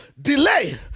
delay